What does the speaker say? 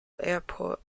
airport